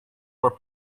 were